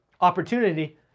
opportunity